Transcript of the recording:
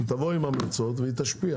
היא תבוא עם המלצות והיא תשפיע.